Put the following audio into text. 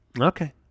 Okay